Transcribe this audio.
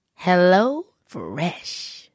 HelloFresh